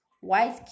White